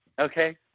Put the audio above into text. Okay